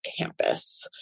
campus